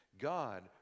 god